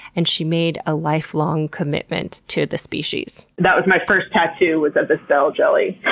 and she made a lifelong commitment to the species. that was my first tattoo, was of the bell jelly.